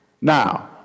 Now